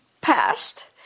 passed